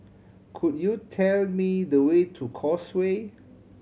could you tell me the way to Causeway